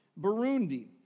Burundi